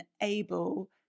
able